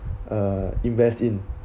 uh invest in